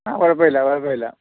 ആ കുഴപ്പമില്ല കുഴപ്പമില്ല